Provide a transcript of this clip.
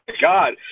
God